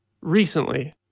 Recently